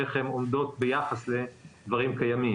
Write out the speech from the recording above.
איך הן עומדות ביחס לדברים קיימים.